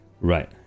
Right